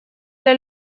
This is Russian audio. для